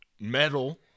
Metal